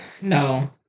No